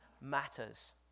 matters